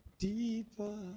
Deeper